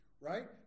right